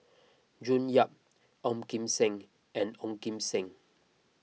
June Yap Ong Kim Seng and Ong Kim Seng